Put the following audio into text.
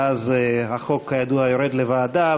ואז החוק כידוע יורד לוועדה,